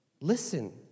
listen